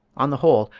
on the whole,